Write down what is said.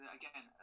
again